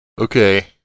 Okay